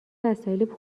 وسایل